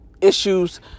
issues